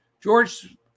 George